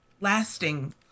lasting